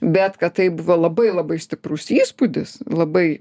bet kad tai buvo labai labai stiprus įspūdis labai